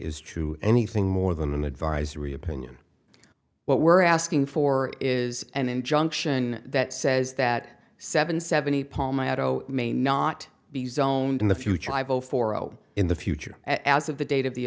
is true anything more than an advisory opinion what we're asking for is an injunction that says that seven seventy paul my auto may not be zoned in the future i vote for zero in the future as of the date of the